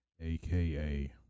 AKA